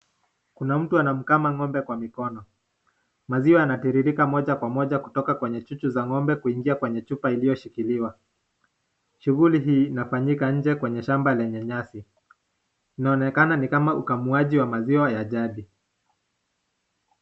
Kuna mtu anamkama ng'ombe kwa mikono, maziwa yana tiririka moja kwa moja kutoka kwenye chuchu za ng'ombe kuingia kwenye chupa iliyoshikiliwa. Shuguli hii inafanyika nje kwenye shamba lenye nyasi. Inaonekana nikama ukamuaji ya ng'ombe ya jadi.